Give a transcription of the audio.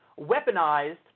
weaponized